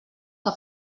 que